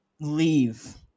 leave